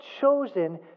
chosen